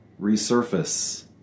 resurface